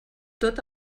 tot